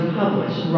published